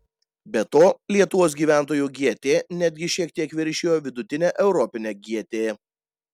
be to lietuvos gyventojų gt netgi šiek tiek viršijo vidutinę europinę gt